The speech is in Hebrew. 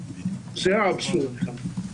זה האבסורד כאן.